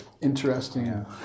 interesting